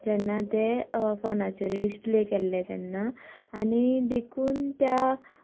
जेन्ना ते फोनाचेर डिसप्ले केले तेन्ना आनी देखुन त्या